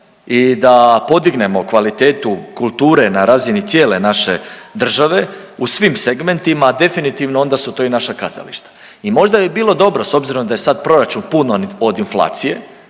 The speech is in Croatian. i da podignemo kvalitetu kulture na razini cijele naše države u svim segmentima, a definitivno onda su to i naša kazališta. I možda bi bilo dobro s obzirom da je sad proračun od inflacije,